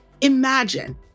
Imagine